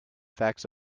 facts